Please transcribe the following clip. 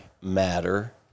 matter